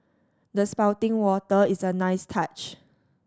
the spouting water is a nice touch